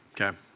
okay